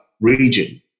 region